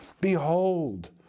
Behold